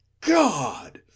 God